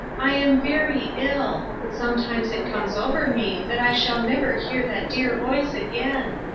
i am very ill. sometimes it comes over me that i shall never hear that dear voice again.